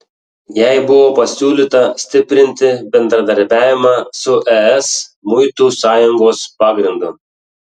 jai buvo pasiūlyta stiprinti bendradarbiavimą su es muitų sąjungos pagrindu